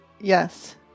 Yes